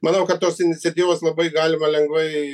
manau kad tos iniciatyvos labai galima lengvai